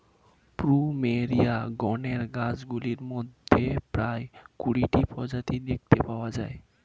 plumeria গণের গাছগুলির মধ্যে প্রায় কুড়িটি প্রজাতি দেখতে পাওয়া যায়